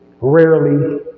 rarely